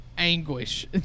Anguish